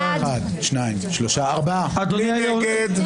מי נגד?